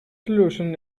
solution